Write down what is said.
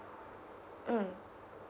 mm